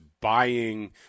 buying